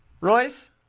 Royce